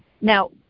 Now